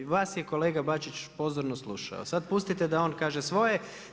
Vas je kolega Bačić pozorno slušao, sada pustite da on kaže svoje.